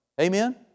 Amen